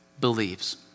believes